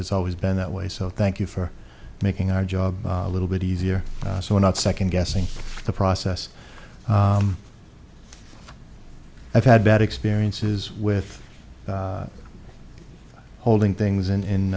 it's always been that way so thank you for making our job a little bit easier so we're not second guessing the process i've had bad experiences with holding things in i